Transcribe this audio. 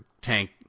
tank